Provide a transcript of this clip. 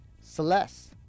Celeste